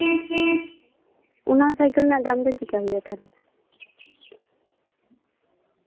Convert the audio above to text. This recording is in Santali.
ᱚᱱᱟ ᱥᱟᱭᱠᱮᱞ ᱨᱮᱱᱟᱜ ᱫᱟᱢ ᱫᱚ ᱪᱮᱫᱞᱮᱠᱟ ᱦᱩᱭᱩᱜᱼᱟ ᱛᱟᱦᱞᱮ